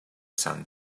sand